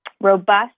robust